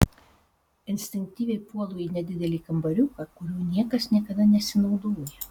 instinktyviai puolu į nedidelį kambariuką kuriuo niekas niekada nesinaudoja